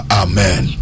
amen